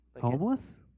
Homeless